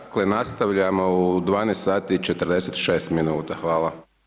Dakle nastavljamo u 12 sati i 46 minuta, hvala.